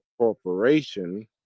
corporation